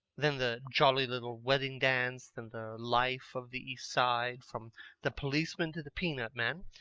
then the jolly little wedding-dance, then the life of the east side, from the policeman to the peanut-man,